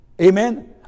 amen